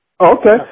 Okay